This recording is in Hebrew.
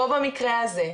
פה במקרה הזה,